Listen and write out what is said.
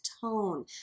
tone